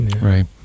Right